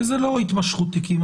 כי זה לא התמשכות תיקים.